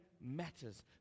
matters